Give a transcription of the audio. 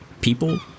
people